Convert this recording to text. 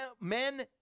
men